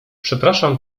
przepraszam